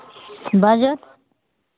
बाजथु